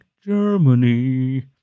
Germany